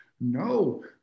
No